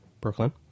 brooklyn